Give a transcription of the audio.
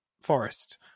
Forest